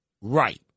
right